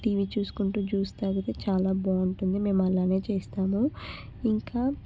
TV చూసుకుంటూ juice తాగితే చాలా బాగుంటుంది మేము అలానే చేస్తాము ఇంకా